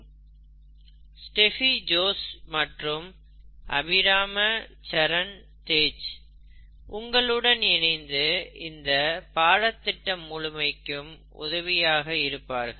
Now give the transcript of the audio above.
உங்களுக்கு ஸ்டெபி ஜோஸ் மற்றும் அபிராம சரண் தேஜ் உங்களுடன் இணைந்து இந்த பாடதிட்டம் முழுமைக்கும் உதவியாக இருப்பார்கள்